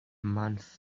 month